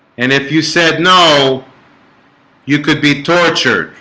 and if you said no you could be tortured